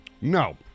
No